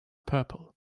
purple